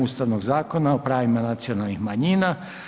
Ustavnog zakona o pravima nacionalnih manjina.